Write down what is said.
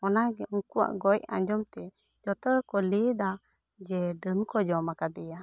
ᱚᱱᱟ ᱜᱮ ᱩᱱᱠᱩᱣᱟᱜ ᱜᱚᱡ ᱟᱸᱡᱚᱢ ᱛᱮ ᱡᱚᱛᱚ ᱜᱮᱠᱚ ᱞᱟᱹᱭ ᱫᱟ ᱡᱮ ᱰᱟᱹᱱ ᱠᱚ ᱡᱚᱢ ᱟᱠᱟᱫᱮᱭᱟ